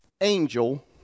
angel